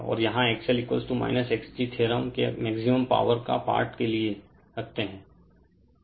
और यहाँ XL xg theorem के मैक्सिमम पावर का पार्ट के लिए रखते हैं है